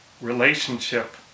relationship